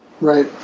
Right